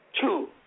two